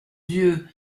dieu